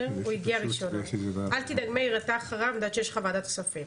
מאיר אתה אחריו, אני יודעת שיש לך ועדת כספים.